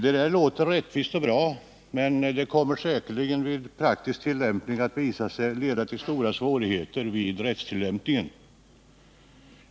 Detta låter rättvist och bra, men det kommer säkerligen att i praktiken leda till stora svårigheter vid rättstillämpningen.